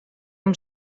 amb